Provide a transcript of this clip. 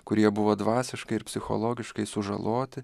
kurie buvo dvasiškai ir psichologiškai sužaloti